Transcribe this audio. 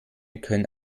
können